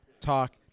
talk